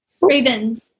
ravens